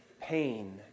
pain